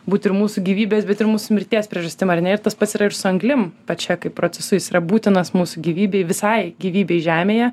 būt ir mūsų gyvybės bet ir mūsų mirties priežastim ar ne ir tas pats yra ir su anglim pačia kaip procesu jis yra būtinas mūsų gyvybei visai gyvybei žemėje